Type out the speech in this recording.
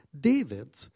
David